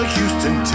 Houston